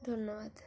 ধন্যবাদ